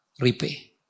repay